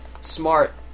smart